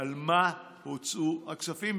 על מה הוצאו הכספים.